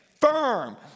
firm